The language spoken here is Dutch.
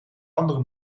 andere